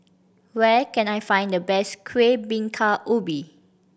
where can I find the best Kueh Bingka Ubi